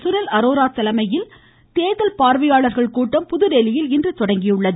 சுனில் அரோரா தலைமையில் தேர்தல் பார்வையாளர்கள் கூட்டம் புதுதில்லியில் இன்று தொடங்கியது